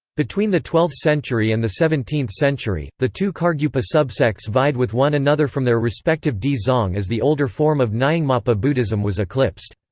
between the twelfth century and the seventeenth century, the two kargyupa subsects vied with one another from their respective dzong as the older form of nyingmapa buddhism was eclipsed.